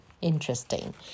interesting